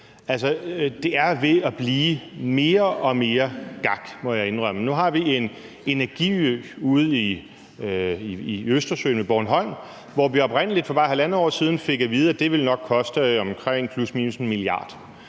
det er ved at blive mere og mere gak, må jeg indrømme. Nu har vi en energiø ude i Østersøen ved Bornholm, hvor vi oprindelig for bare halvandet år siden fik at vide, at det nok ville koste omkring 1 mia. kr.